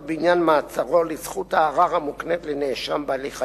בעניין מעצרו לזכות הערר המוקנית לנאשם בהליך העיקרי.